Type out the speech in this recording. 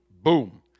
Boom